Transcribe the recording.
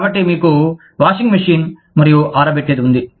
కాబట్టి మీకు washing machine మరియు ఆరబెట్టేది ఉంది